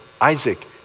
Isaac